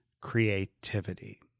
creativity